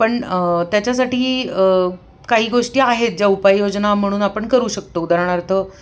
पण त्याच्यासाठी काही गोष्टी आहेत ज्या उपाय योजना म्हणून आपण करू शकतो उदाहरणार्थ